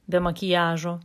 be makiažo